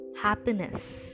happiness